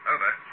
Over